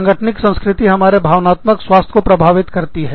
सांगठनिक संस्कृति हमारे भावनात्मक स्वास्थ्य को प्रभावित करती है